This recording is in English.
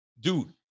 Dude